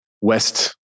west